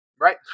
right